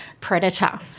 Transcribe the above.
predator